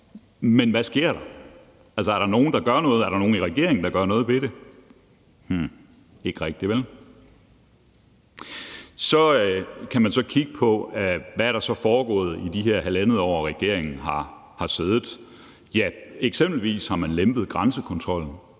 der gør noget? Er der nogen i regeringen, der gør noget ved det? Ikke rigtigt, vel? Man kan så kigge på, hvad der er foregået i de her halvandet år, regeringen har siddet. Ja, eksempelvis har man lempet grænsekontrollen.